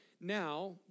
Now